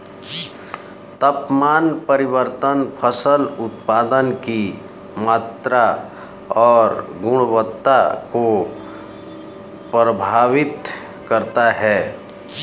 तापमान परिवर्तन फसल उत्पादन की मात्रा और गुणवत्ता को प्रभावित करता है